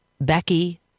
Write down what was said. Becky